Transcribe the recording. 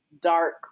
dark